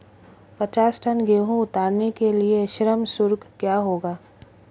पचास टन गेहूँ उतारने के लिए श्रम शुल्क क्या होगा?